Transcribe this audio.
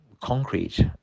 concrete